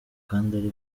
kandi